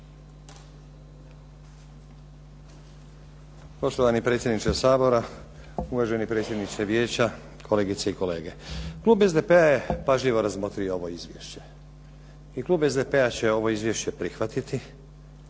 Poštovani predsjedniče Sabora, uvaženi predsjedniče vijeća, kolegice i kolege. Klub SDP-a je pažljivo razmotrio ovo izvješće i klub SDP-a će ovo izvješće prihvatiti